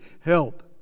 help